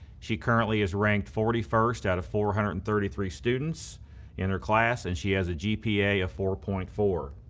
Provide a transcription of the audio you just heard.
she currently is ranked forty first out of four hundred and thirty three students in her class, and she has a gpa of ah four point four.